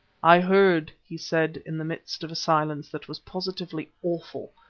i heard, he said, in the midst of a silence that was positively awful,